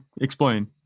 explain